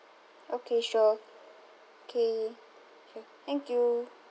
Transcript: okay sure K sure thank you